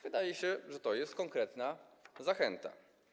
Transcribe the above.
Wydaje się, że to jest konkretna zachęta.